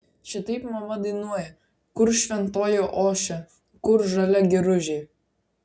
šitaip mama dainuoja kur šventoji ošia kur žalia giružė